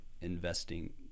investing